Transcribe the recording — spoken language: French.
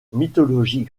mythologie